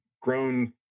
grown